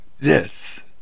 yes